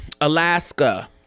Alaska